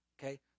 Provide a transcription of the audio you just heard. Okay